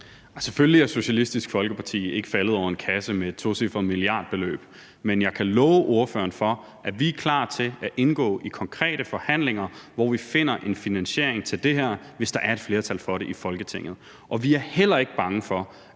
Selvfølgelig er Socialistisk Folkeparti ikke faldet over en kasse med et tocifret milliardbeløb, men jeg kan love ordføreren for, at vi er klar til at indgå i konkrete forhandlinger, hvor vi finder en finansiering af det her, hvis der er et flertal for det i Folketinget. Og vi er heller ikke bange for